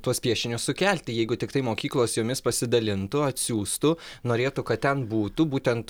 tuos piešinius sukelti jeigu tiktai mokyklos jomis pasidalintų atsiųstų norėtų kad ten būtų būtent